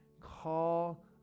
call